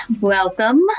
Welcome